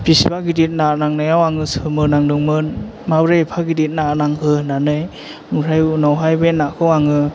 बिसिबा गिदिर ना नांनाइयाव आङो सोमोनांदोंमोन माब्रै एफा गिदिर ना नांखो होन्नानै ओमफ्राय उनावहाय बे नाखौ आङो